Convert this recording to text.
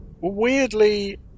Weirdly